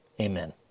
Amen